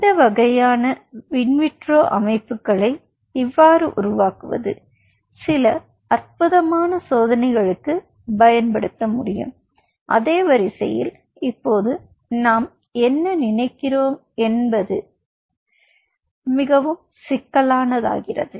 இந்த வகையான விட்ரோ அமைப்புகளை எவ்வாறு உருவாக்குவது சில அற்புதமான சோதனைகளுக்குப் பயன்படுத்த முடியும் அதே வரிசையில் இப்போது நாம் என்ன நினைக்கிறோம் என்பது கதை மிகவும் சிக்கலானதாகிறது